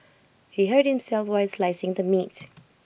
he hurt himself while slicing the meat